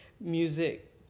music